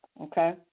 Okay